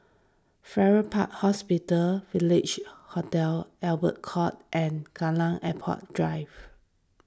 Farrer Park Hospital Village Hotel Albert Court and Kallang Airport Drive